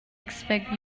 expect